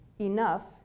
Enough